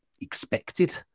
expected